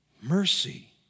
mercy